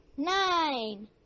Nine